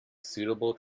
suitable